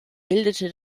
bildete